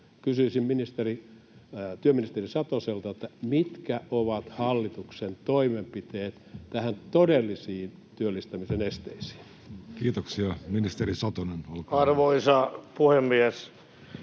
Kysyisin työministeri Satoselta: mitkä ovat hallituksen toimenpiteet näihin todellisiin työllistämisen esteisiin? Kiitoksia. — Ministeri Satonen, olkaa hyvä. Arvoisa puhemies!